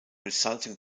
resulting